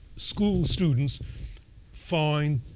school students find